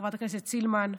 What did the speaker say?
חברת הכנסת סילמן.